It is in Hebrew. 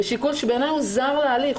זה שיקול שבעיני הוא זר להליך,